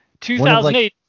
2008